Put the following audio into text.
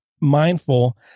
mindful